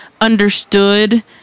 understood